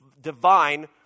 divine